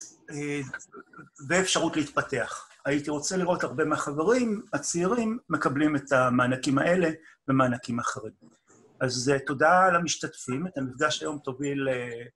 באפשרות להתפתח. הייתי רוצה לראות הרבה מהחברים הצעירים מקבלים את המענקים האלה ומענקים אחרים. אז תודה למשתתפים, את המפגש היום תוביל...